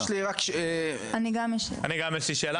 יש לי רק שאלה --- גם יש לי שאלה,